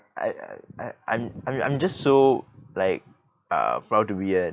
I I I I'm I'm just so like uh proud to be a